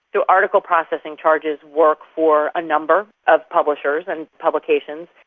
though article processing charges work for a number of publishers and publications,